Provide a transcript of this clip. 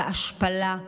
בהשפלה,